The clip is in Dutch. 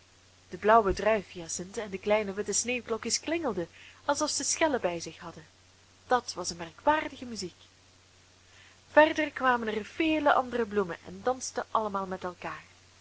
de blauwe druifhyacinten en de kleine witte sneeuwklokjes klingelden alsof zij schellen bij zich hadden dat was een merkwaardige muziek verder kwamen er vele andere bloemen en dansten allemaal met elkaar